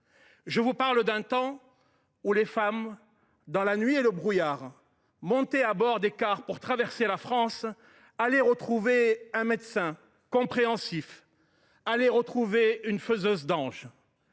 Je vous parle d’un temps où les femmes, dans la nuit et le brouillard, montaient à bord de cars pour traverser la France et trouver un médecin compréhensif ou une faiseuse d’anges.